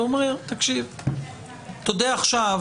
ואומרים: תודה עכשיו